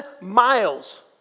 miles